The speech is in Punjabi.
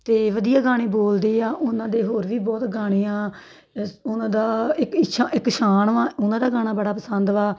ਇਹ ਵਧੀਆ ਗਾਣੇ ਬੋਲਦੇ ਆ ਉਹਨਾਂ ਦੇ ਹੋਰ ਵੀ ਬਹੁਤ ਗਾਣੇ ਆ ਅਸ ਉਹਨਾਂ ਦਾ ਇੱਕ ਇਛਾ ਇੱਕ ਸ਼ਾਨ ਵਾ ਉਹਨਾਂ ਦਾ ਗਾਣਾ ਬੜਾ ਪਸੰਦ ਵਾ